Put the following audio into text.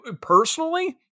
Personally